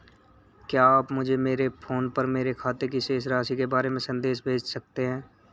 क्या आप मुझे मेरे फ़ोन पर मेरे खाते की शेष राशि के बारे में संदेश भेज सकते हैं?